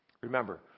Remember